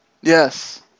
Yes